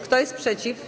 Kto jest przeciw?